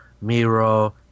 miro